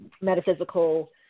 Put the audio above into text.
metaphysical